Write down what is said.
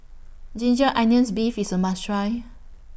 Ginger Onions Beef IS A must Try